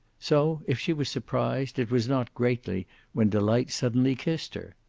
so, if she was surprised, it was not greatly when delight suddenly kissed her.